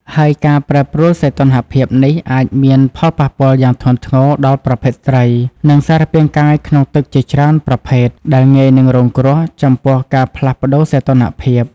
ហើយ ការប្រែប្រួលសីតុណ្ហភាពនេះអាចមានផលប៉ះពាល់យ៉ាងធ្ងន់ធ្ងរដល់ប្រភេទត្រី និងសារពាង្គកាយក្នុងទឹកជាច្រើនប្រភេទដែល ងាយនឹងរងគ្រោះ ចំពោះការផ្លាស់ប្តូរសីតុណ្ហភាព។